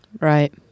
Right